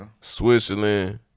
Switzerland